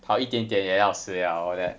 跑一点点也要死 liao all that